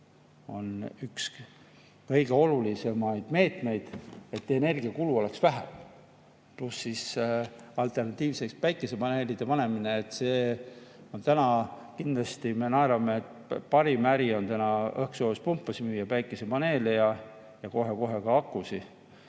on üks kõige olulisemaid meetmeid, et energiakulu oleks väiksem. Pluss alternatiivina päikesepaneelide panemine. See on, täna kindlasti me naerame, et parim äri on praegu õhksoojuspumpasid müüa ja päikesepaneele ja kohe-kohe ka akusid,